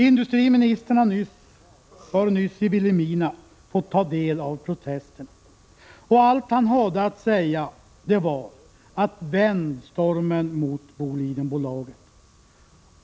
Industriministern har nyss i Vilhelmina fått ta del av protesterna. Allt han hade att säga var: Vänd stormen mot Bolidenbolaget!